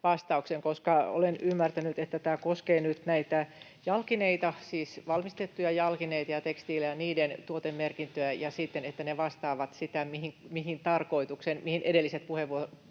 koska olen ymmärtänyt, että tämä koskee nyt näitä jalkineita, siis valmistettuja jalkineita ja tekstiilejä ja niiden tuotemerkintöjä ja sitä, että ne vastaavat sitä — mihin edelliset puheenvuorot